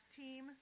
team